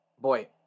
boy